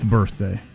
birthday